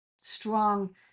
strong